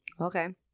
Okay